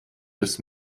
des